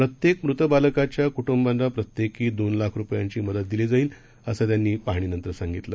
प्रत्येकमृतबालकांच्याक्ट्ंबांनाप्रत्येकीदोनलाखरुपयांचीमदतदिलीजाईल असंत्यांनीपाहणीनंतरसांगितलं